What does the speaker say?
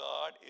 God